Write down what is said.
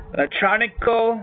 Electronical